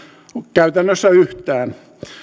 käytännössä yhtään